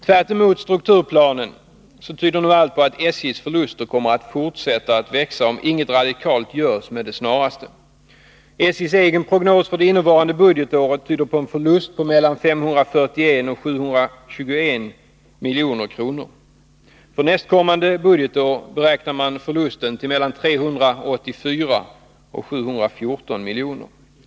Tvärtemot strukturplanen tyder nu allt på att SJ:s förluster kommer att fortsätta att växa, om inget radikalt görs med det snaraste. SJ:s egen prognos för det innevarande budgetåret tyder på en förlust på mellan 541 och 721 milj.kr. För nästkommande budgetår beräknar man förlusten till mellan 384 och 714 miljoner.